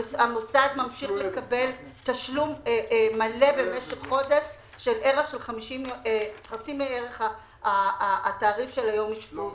המוסד ממשיך לקבל במשך חודש חצי מערך התעריף של יום אשפוז.